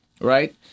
right